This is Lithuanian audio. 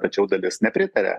tačiau dalis nepritaria